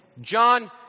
John